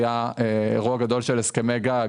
היה אירוע גדול של הסכמי גג,